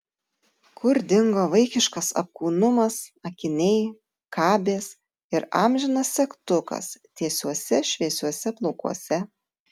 kur dingo vaikiškas apkūnumas akiniai kabės ir amžinas segtukas tiesiuose šviesiuose plaukuose